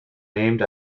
named